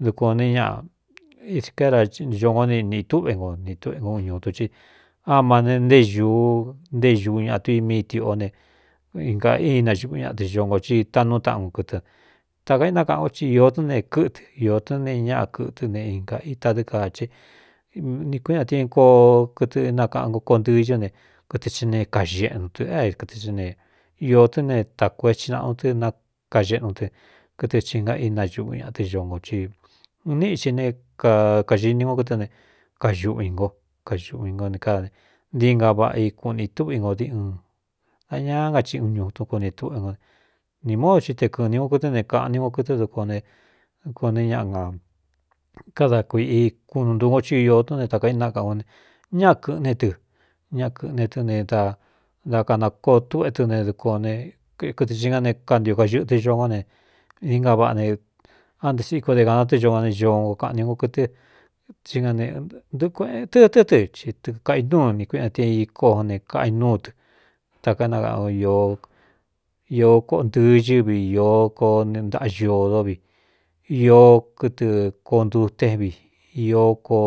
Dukuān ō né ñaꞌa iscaéra ñongó ni nīꞌī túꞌvé nko ni túꞌvé ngo un ñutun ci á ma ne nté ñūú ntéé ñūú ñaꞌ tu i míi tiꞌo ne na inaxuꞌu ñaꞌa tɨ xo ngo ci taanú taꞌan un kɨtɨ n tākaínákaꞌan ko ti īó tɨn ne kɨ́tɨ īó tɨ́n ne ñáꞌa kɨtɨ ne inga itadɨ́ ka he nī kuíꞌian ti ɨn koo kɨtɨ nakaꞌan nko ko ntɨɨ ñɨ́ ne kɨtɨ hi ne kaxeꞌnu tɨ̄ a kɨtɨ i ne īó tɨ́ ne tāko é tinaꞌa nu tɨ nakaxeꞌnu tɨ kɨtɨ xhi nga ínauꞌu ñaꞌa tɨ ño nkō i un níꞌxin ne kakaxiní gon kɨtɨ ne kaxuꞌi nko kaxuꞌi ngo ne káda ne ntéinga vaꞌa i kuꞌni túꞌve ngo di ɨn daña nga ki uun ñutun kuni túꞌvé ngo ne nī módo ti te kɨꞌni nko kɨtɨ́ ne kāꞌn ni nko kɨtɨ́ dukon ne dukon né ñaꞌ a kada kuiꞌi kunu ntu nko ti īo tún ne tāka ínákaꞌán o ne ñáꞌa kɨ̄ꞌne tɨ ñaꞌa kɨ̄ꞌne tɨ ne da da kanakoo tûꞌue tɨ ne kkɨtɨ hi nga ne kantio kaxɨꞌɨtɨ xo ngó ne inga vaꞌa ne ante siko de kāna tɨ́ ño ngo ne ñoonko kaꞌani nko ɨ nektɨtɨ́ tɨ ti tɨkaꞌinúu nii kuiꞌɨna ti ikó ne kaꞌi núu tɨ takaénakꞌan īó koꞌo ntɨɨñɨvi īó koo ntaꞌa ñudó vi īó kɨtɨ koontutén vi īó ko